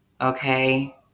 Okay